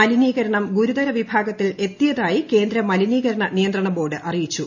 മലിനീകരണം ഗുരുതര വിഭാഗത്തിൽ എത്തിയതായി കേന്ദ്ര മലിനീകരണ നിയന്ത്രണ ബോർഡ് അറിയിച്ചു